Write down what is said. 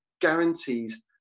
guarantees